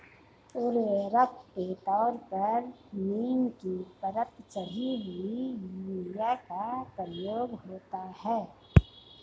उर्वरक के तौर पर नीम की परत चढ़ी हुई यूरिया का प्रयोग होता है